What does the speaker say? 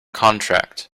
contract